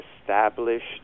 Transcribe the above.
established